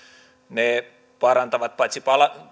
ne parantavat paitsi